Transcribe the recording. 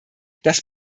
das